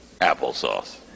applesauce